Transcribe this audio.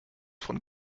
von